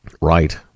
Right